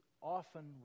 often